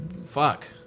Fuck